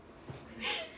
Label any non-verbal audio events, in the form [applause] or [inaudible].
[laughs]